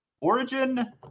Origin